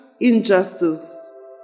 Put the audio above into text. injustice